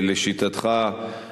לשיטתך,